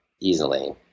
easily